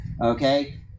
okay